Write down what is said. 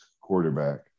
quarterback